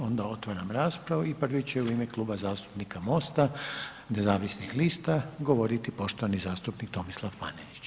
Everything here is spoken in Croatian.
Onda otvaram raspravu i prvi će u ime Kluba zastupnika MOST-a nezavisnih lista govoriti poštovani zastupnik Tomislav Panenić.